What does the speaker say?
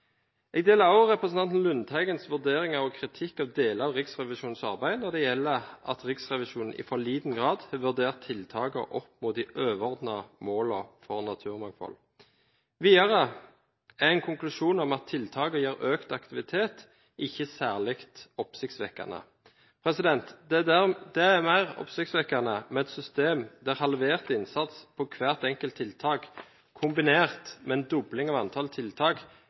Jeg deler også representanten Lundteigens vurderinger og kritikk av deler av Riksrevisjonens arbeid når det gjelder at Riksrevisjonen i for liten grad har vurdert tiltakene opp mot de overordnede målene for naturmangfold. Videre er en konklusjon om at tiltakene gir økt aktivitet, ikke særlig oppsiktsvekkende. Det er mer oppsiktsvekkende med et system der halvert innsats på hvert enkelt tiltak kombinert med en dobling av antall tiltak